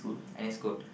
any school